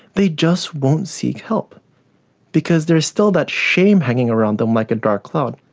they just won't seek help because there is still that shame hanging around them like a dark cloud.